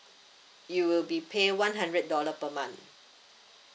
you will be pay one hundred dollar per month